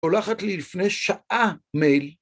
שולחת לי לפני שעה מייל.